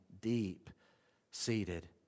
deep-seated